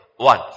One